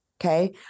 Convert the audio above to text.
Okay